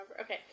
Okay